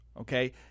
Okay